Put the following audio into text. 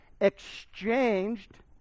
exchanged